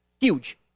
Huge